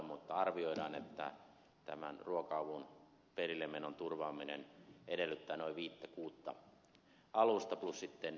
mutta arvioidaan että tämän ruoka avun perillemenon turvaaminen edellyttää noin viittä kuutta alusta plus sitten valvontakoneita